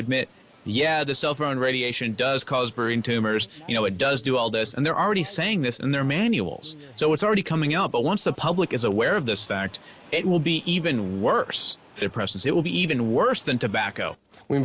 admit yeah the cell phone radiation does cause brain to you know it does do all this and they're already saying this in their manuals so it's already coming out but once the public is aware of this fact it will be even worse oppressions it will be even worse than tobacco we